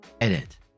Edit